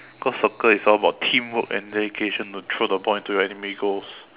cause soccer is all about teamwork and dedication to throw the ball into your enemy goals